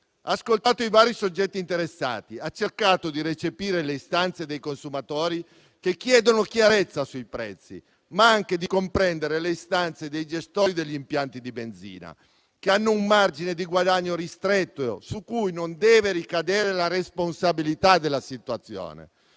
ascoltato i vari soggetti interessati, cercando di recepire le istanze dei consumatori che chiedono chiarezza sui prezzi, ma anche di comprendere le istanze dei gestori degli impianti di benzina, che hanno un margine di guadagno ristretto, su cui non deve ricadere la responsabilità della situazione.